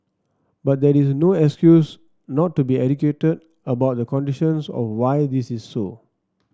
but that is no excuse not to be educated about the conditions of why this is so